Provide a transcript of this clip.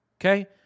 Okay